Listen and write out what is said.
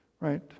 Right